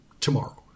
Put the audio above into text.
tomorrow